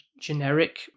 generic